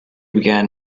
began